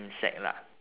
insect lah